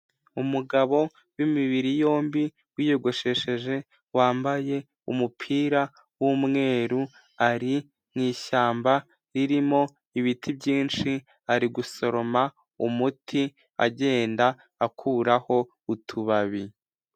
Umugabo w'imibiri yombi wiyogoshesheje, wambaye umupira w'umweru, ari mu ishyamba ririmo ibiti byinshi, ari gusoroma umuti agenda akuraho utubabi.